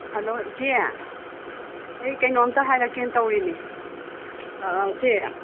hello ꯏꯆꯦ ꯑꯩ ꯀꯩꯅꯣꯝꯇ ꯍꯥꯏꯔꯛꯀꯦꯅ ꯇꯧꯔꯤꯅꯤ ꯁꯦ